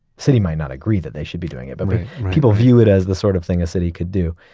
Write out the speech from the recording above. city might not agree that they should be doing it, but people view it as the sort of thing a city could do.